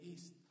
East